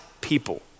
people